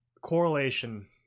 correlation